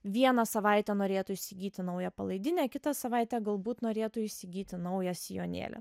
vieną savaitę norėtų įsigyti naują palaidinę kitą savaitę galbūt norėtų įsigyti naują sijonėlį